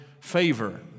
favor